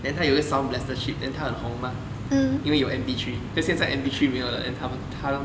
then 他有一个 sonund blaster chip then 他很红吗因为有 M_P three 可是现在 M_P three 没有 then 他都